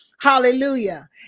Hallelujah